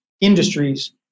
industries